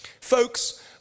Folks